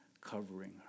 covering